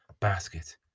basket